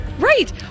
Right